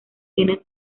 tienen